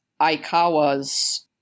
Aikawa's